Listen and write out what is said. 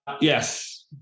Yes